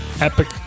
epic